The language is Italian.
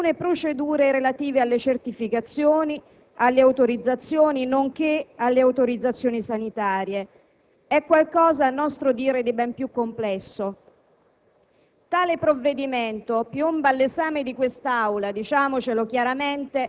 non rappresenta un mero condensato di semplificazioni di alcune procedure relative alle certificazioni, alle autorizzazioni, nonché alle autorizzazioni sanitarie: è qualcosa, a nostro dire, di ben più complesso.